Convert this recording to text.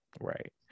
Right